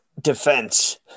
defense